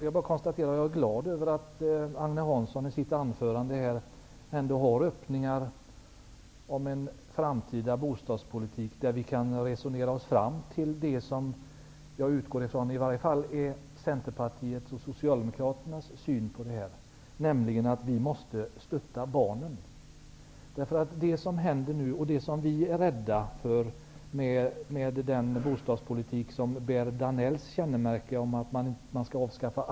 Jag är glad över att Agne Hansson i sitt anförande ändå framför vissa öppningar om en framtida bostadspolitik där vi kan resonera oss fram till det som jag utgår från är i varje fall Centerpartiets och Socialdemokraternas syn på detta, nämligen att vi måste stötta barnen. Det som vi är rädda för är en bostadspolitik som bär Danells kännemärke, dvs. att alla subventioner skall avskaffas.